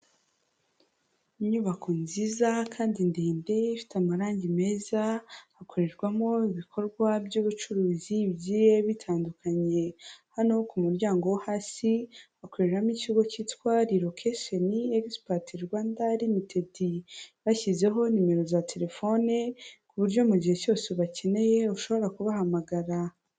Inyubako nziza kandi ndende ifite amarangi meza, hakorerwamo ibikorwa by'ubucuruzi bigiye bitandukanye, hano ku muryango wo hasi, hakoreramo ikigo cyitwa Relocation Expert Rwanda Ltd, bashyizeho nimero za telefone, ku buryo mu gihe cyose ubakeneye ushobora kubahamagara.